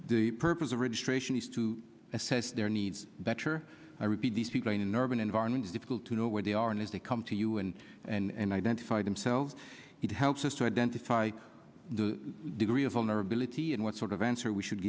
the purpose of registration is to assess their needs better i repeat these people in an urban environment is difficult to know where they are and if they come to you and and identify themselves it helps us to identify the degree of vulnerability and what sort of answer we should